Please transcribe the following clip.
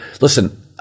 listen